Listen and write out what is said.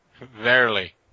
verily